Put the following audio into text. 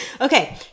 Okay